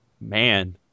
Man